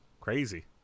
Crazy